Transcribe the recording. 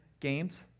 games